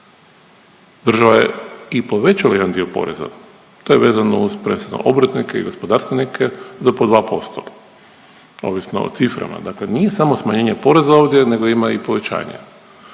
Država je i povećala jedan dio poreza. To je vezano uz prvenstveno obrtnike i gospodarstvenike za po 2% ovisno o ciframa. Dakle, nije samo smanjenje poreza ovdje nego ima i povećanja.